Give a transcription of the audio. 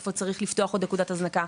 איפה צריך לפתוח עוד נקודת הזנקה,